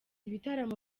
ibitaramo